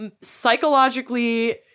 psychologically